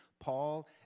Paul